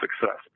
success